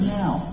now